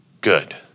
good